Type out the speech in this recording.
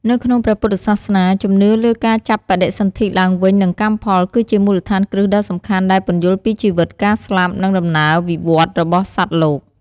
នៅក្នុងព្រះពុទ្ធសាសនា ជំនឿលើ ការចាប់បដិសន្ធិឡើងវិញ និងកម្មផល គឺជាមូលដ្ឋានគ្រឹះដ៏សំខាន់ដែលពន្យល់ពីជីវិត ការស្លាប់ និងដំណើរវិវត្តន៍របស់សត្វលោក។